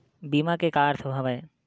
बीमा के का अर्थ हवय?